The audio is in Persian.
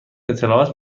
اطلاعات